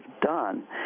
done